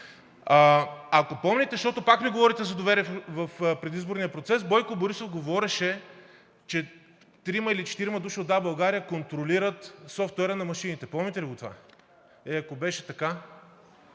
Ако помните, защото пак ми говорите за доверие в предизборния процес, Бойко Борисов говореше, че трима или четирима души от „Да, България“ контролират софтуера на машините. Помните ли го това?! Е, ако беше така?!